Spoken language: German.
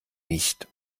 nicht